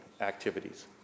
activities